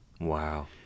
Wow